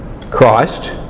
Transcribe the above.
Christ